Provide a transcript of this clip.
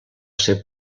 ser